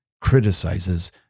criticizes